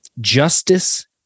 justice